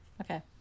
Okay